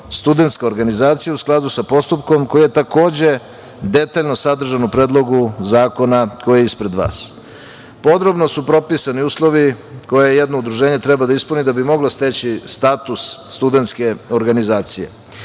studentska organizacija u skladu sa postupkom koji je takođe detaljno sadržan u Predlogu zakona koji je ispred vas. Podrobno su propisani uslovi koje jedno udruženje treba da ispuni da bi moglo steći status studentske organizacije. Status